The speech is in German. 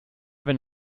wenn